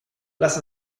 lass